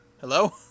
Hello